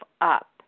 up